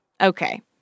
Okay